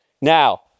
Now